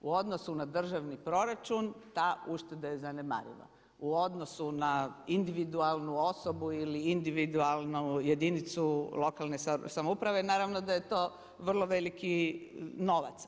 U odnosu na državni proračun ta ušteda je zanemariva, u odnosu na individualnu osobu ili individualnu jedinicu lokalne samouprave naravno da je to vrlo veliki novac.